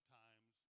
times